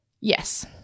Yes